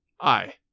I